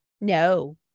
no